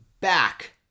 back